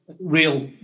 real